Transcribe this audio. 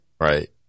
Right